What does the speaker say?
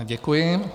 Děkuji.